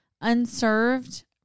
unserved